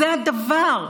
זה הדבר.